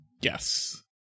Yes